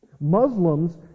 Muslims